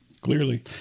clearly